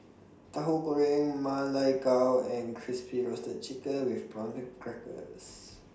Tahu Goreng Ma Lai Gao and Crispy Roasted Chicken with Prawn Crackers